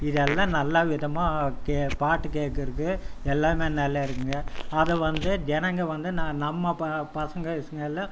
இதெல்லாம் நல்லா விதமாக கே பாட்டுக் கேட்கிறது எல்லாமே நல்லா இருக்குங்க அதைவந்து ஜனங்கள் வந்து நா நம்ம ப பசங்கள் கிசங்கள் எல்லாம்